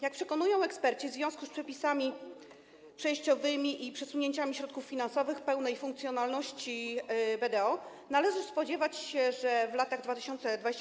Jak przekonują eksperci, w związku z przepisami przejściowymi i przesunięciami środków finansowych pełnej funkcjonalności BDO należy spodziewać się w latach 2023–2025.